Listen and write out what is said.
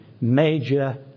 major